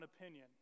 opinion